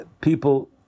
people